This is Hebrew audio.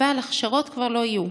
אבל הכשרות כבר לא יהיו.